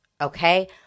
Okay